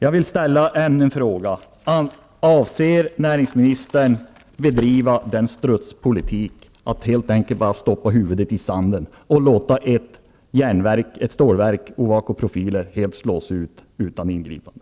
Jag vill ställa ännu en fråga. Avser näringsministern att bedriva en strutspolitik och bara stoppa huvudet i sanden och låta ett stålverk, Ovako Profiler, helt slås ut utan ingripande?